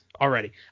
already